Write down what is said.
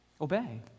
Obey